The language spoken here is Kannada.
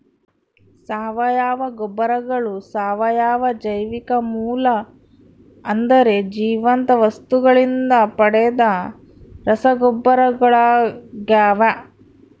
ಸಾವಯವ ಗೊಬ್ಬರಗಳು ಸಾವಯವ ಜೈವಿಕ ಮೂಲ ಅಂದರೆ ಜೀವಂತ ವಸ್ತುಗಳಿಂದ ಪಡೆದ ರಸಗೊಬ್ಬರಗಳಾಗ್ಯವ